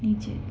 نیچے